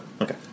Okay